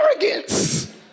arrogance